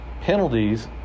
penalties